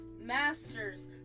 masters